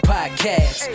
Podcast